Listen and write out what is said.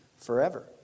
forever